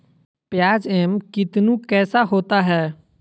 प्याज एम कितनु कैसा होता है?